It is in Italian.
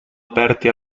aperti